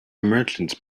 merchants